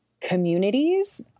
communities